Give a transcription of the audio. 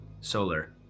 solar